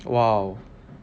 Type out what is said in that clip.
!wow!